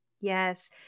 Yes